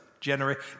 generation